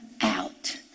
out